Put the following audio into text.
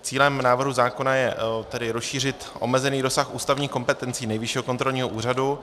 Cílem návrhu zákona je rozšířit omezený rozsah ústavních kompetencí Nejvyššího kontrolního úřadu.